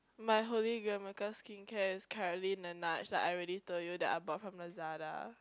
my holy grail dermaskincare is currently Laneige like I already told you that I bought from Lazada